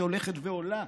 שהולך ועולה,